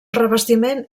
revestiment